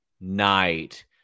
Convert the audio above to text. night